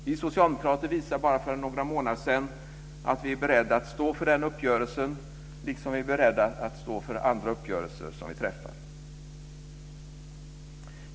Bara för några månader sedan visade vi socialdemokrater att vi är beredda att stå för den uppgörelsen, liksom vi är beredda att stå för andra uppgörelser som vi träffar.